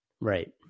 Right